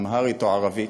אמהרית או ערבית,